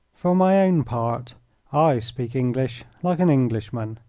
for my own part i speak english like an englishman.